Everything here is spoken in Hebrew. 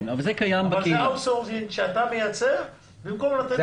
זה אאוטסורסינג שאתה מייצר במקום ללכת החוצה.